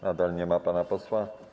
Nadal nie ma pana posła?